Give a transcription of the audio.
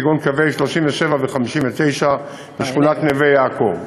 כגון קווי 37 ו-59 לשכונת נווה-יעקב.